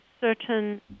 certain